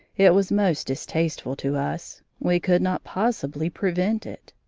it was most distasteful to us we could not possibly prevent it.